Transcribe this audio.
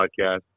podcast